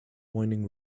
winding